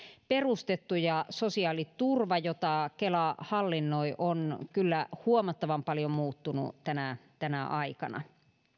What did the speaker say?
perustettu ja sosiaaliturva jota kela hallinnoi on kyllä huomattavan paljon muuttunut tänä tänä aikana